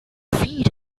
feed